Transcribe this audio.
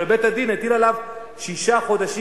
אבל בית-הדין הטיל עליו שישה חודשים